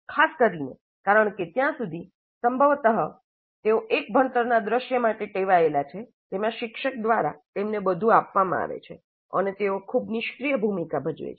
ખાસ કરીને કારણ કે ત્યાં સુધી સંભવત તેઓ એક ભણતરના દૃશ્ય માટે ટેવાયેલા છે જેમાં શિક્ષક દ્વારા તેમને બધું આપવામાં આવે છે અને તેઓ ખૂબ નિષ્ક્રિય ભૂમિકા ભજવે છે